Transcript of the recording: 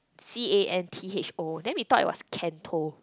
C A N T H O then we thought it was Cantho